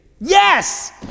Yes